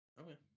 Okay